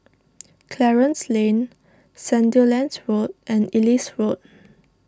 Clarence Lane Sandilands Road and Ellis Road